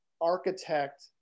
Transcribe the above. architect